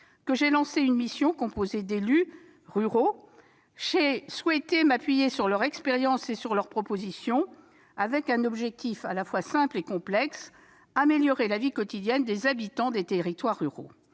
que j'ai mis en place une mission composée d'élus ruraux. J'ai souhaité m'appuyer sur leur expérience et sur leurs propositions, avec l'objectif, à la fois simple et complexe, d'améliorer la vie quotidienne des habitants des territoires ruraux.